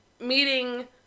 meeting